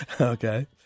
okay